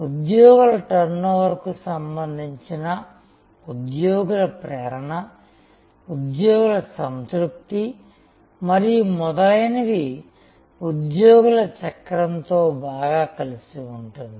ఉద్యోగుల టర్నోవర్కు సంబంధించిన ఉద్యోగుల ప్రేరణ ఉద్యోగుల సంతృప్తి మరియు మొదలైనవి ఉద్యోగుల చక్రంతో బాగా కలిసి ఉంటుంది